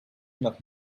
nach